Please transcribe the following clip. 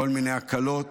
כל מיני הקלות.